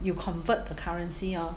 you convert the currency orh